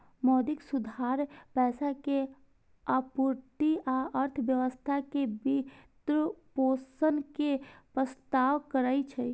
मौद्रिक सुधार पैसा के आपूर्ति आ अर्थव्यवस्था के वित्तपोषण के प्रस्ताव करै छै